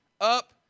up